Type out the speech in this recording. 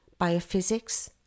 biophysics